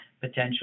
potential